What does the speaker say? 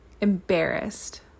Embarrassed